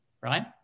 right